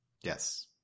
yes